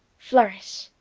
flourish.